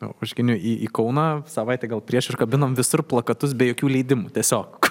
oškiniu į į kauną savaitę gal prieš ir kabinom visur plakatus be jokių leidimų tiesiog